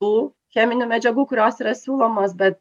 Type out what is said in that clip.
tų cheminių medžiagų kurios yra siūlomos bet